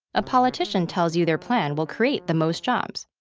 a politician tells you their plan will create the most jobs.